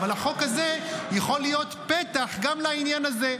אבל החוק הזה יכול להיות פתח גם לעניין הזה.